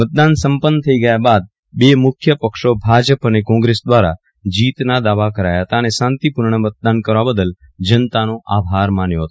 મતદાન સંપન્ન થઇ ગયા બાદ બે મુખ્ય પક્ષો ભાજપ અને કોંગ્રેસ દ્વારા જીતના દાવા કરાયા હતા અને શાંતિપૂર્ણ મતદાન કરવા બદલ જનતાનો આભાર માન્યો હતો